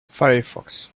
firefox